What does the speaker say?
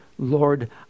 Lord